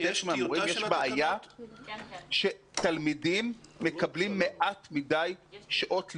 יש בעיה שתלמידים מקבלים מעט מדי שעות לימוד.